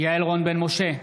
יעל רון בן משה,